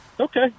Okay